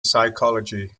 psychology